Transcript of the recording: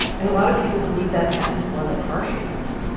and a lot of people believe that sentence wasn't harsh enough.